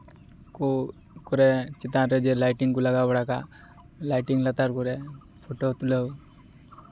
ᱠᱳ ᱠᱚᱨᱮ ᱪᱮᱛᱟᱱ ᱨᱮ ᱡᱮ ᱞᱟᱭᱴᱤᱝ ᱠᱚ ᱞᱟᱜᱟᱣ ᱵᱟᱲᱟ ᱠᱟᱜᱼᱟ ᱞᱟᱭᱴᱤᱝ ᱞᱟᱛᱟᱨ ᱠᱚᱨᱮᱫ ᱯᱷᱳᱴᱳ ᱛᱩᱞᱟᱹᱣ